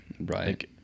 Right